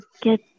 get